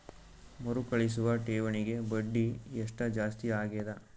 ಮರುಕಳಿಸುವ ಠೇವಣಿಗೆ ಬಡ್ಡಿ ಎಷ್ಟ ಜಾಸ್ತಿ ಆಗೆದ?